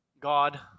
God